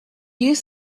used